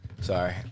Sorry